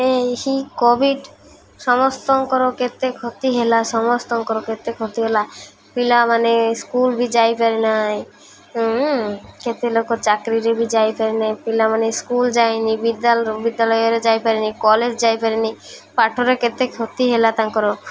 ଏହି କୋଭିଡ଼ ସମସ୍ତଙ୍କର କେତେ କ୍ଷତି ହେଲା ସମସ୍ତଙ୍କର କେତେ କ୍ଷତି ହେଲା ପିଲାମାନେ ସ୍କୁଲ ବି ଯାଇପାରେ ନାହିଁ କେତେ ଲୋକ ଚାକିରୀରେ ବି ଯାଇପାରେ ନାହିଁ ପିଲାମାନେ ସ୍କୁଲ ଯାଇନି ବିଦ୍ୟାଳୟ ବିଦ୍ୟାଳୟରେ ଯାଇପାରିନି କଲେଜ ଯାଇପାରିନି ପାଠରେ କେତେ କ୍ଷତି ହେଲା ତାଙ୍କର